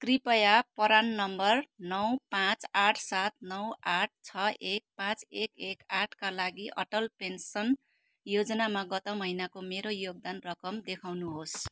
कृपया PRAN number नौ पाँच आठ सात नौ आठ छ एक पाँच एक एक आठ का लागि अटल पेन्सन योजनामा गत महिनाको मेरो योगदान रकम देखाउनुहोस्